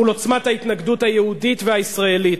קרסתם מול עוצמת ההתנגדות היהודית והישראלית.